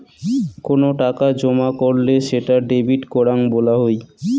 কোনো টাকা জমা করলে সেটা ডেবিট করাং বলা হই